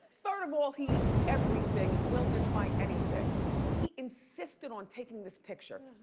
third of all, he eats everything and willing to try anything. he insisted on taking this picture.